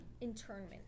Internment